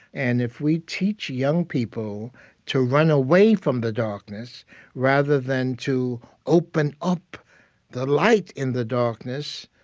and if we teach young people to run away from the darkness rather than to open up the light in the darkness,